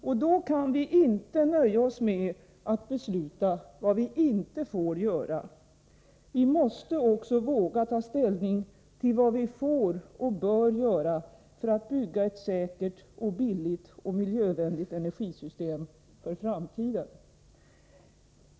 Och då kan vi inte nöja oss med att besluta vad vi inte får göra. Vi måste också våga ta ställning till vad vi får och bör göra för att bygga ett säkert, billigt och miljövänligt energisystem för framtiden.